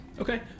Okay